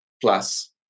plus